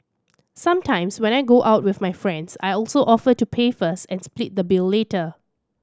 sometimes when I go out with my friends I also offer to pay first and split the bill later